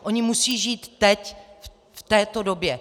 Oni musí žít teď v této době.